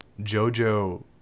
Jojo